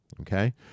Okay